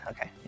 Okay